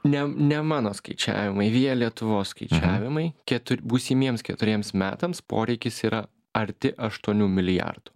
ne ne mano skaičiavimai via lietuvos skaičiavimai ketu būsimiems keturiems metams poreikis yra arti aštuonių milijardų